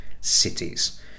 cities